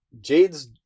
Jade's